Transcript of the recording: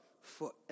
forever